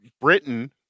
Britain